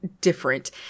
different